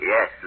Yes